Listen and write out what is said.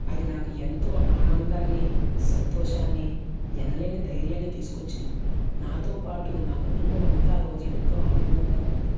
అది నాకు ఎంతో ఆనందాన్ని సంతోషాన్ని ఎనలేని ధైర్యాన్ని తీసుకొచ్చింది నాతోపాటు నా కుటుంబం అంతా ఆ రోజు ఎంతో ఆనందంగా ఉంది